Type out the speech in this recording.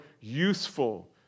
useful